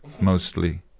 mostly